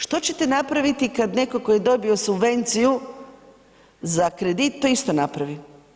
Što ćete napraviti kad netko tko je dobio subvenciju za kredit to isto napravi?